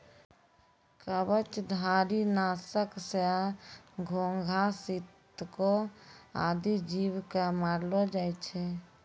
कवचधारी? नासक सँ घोघा, सितको आदि जीव क मारलो जाय छै